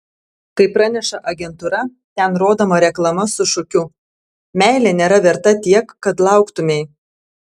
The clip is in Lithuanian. kaip praneša agentūra ten rodoma reklama su šūkiu meilė nėra verta tiek kad lauktumei